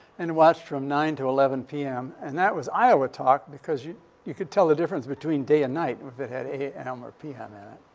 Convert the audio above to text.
and watched from nine to eleven p m. and that was iowa talk because you you could tell the difference between day and night if it had a m. or p m. in it.